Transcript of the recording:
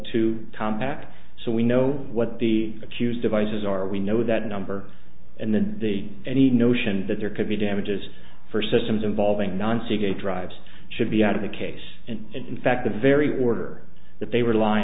to compaq so we know what the accused devices are we know that number and then the any notion that there could be damages for systems involving non secret drives should be out of the case and in fact the very order that they rely